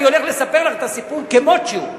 אני הולך לספר לך את הסיפור כמות שהוא.